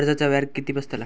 कर्जाचा व्याज किती बसतला?